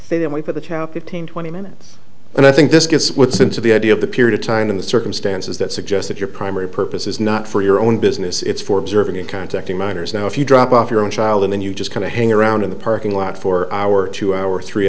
say that we put the child fifteen twenty minutes and i think this gets weird since the idea of the period of time in the circumstances that suggest that your primary purpose is not for your own business it's for observing and contacting minors now if you drop off your own child and then you just kind of hang around in the parking lot for hour to hour three